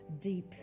deep